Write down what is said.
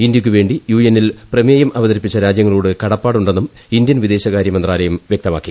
ഇന്ത്യക്കുവേണ്ടി യുഎന്നിൽ പ്രമേയം അവതരിപ്പിച്ച രാജ്യങ്ങളോട് കടപ്പാടുണ്ടെന്നും ഇന്ത്യൻ വിദേശകാര്യ മന്ത്രാലയം വ്യക്തമാക്കി